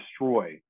destroy